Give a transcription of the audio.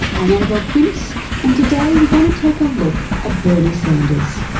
i'm annabelle quince and today we're going to take a look at bernie sanders,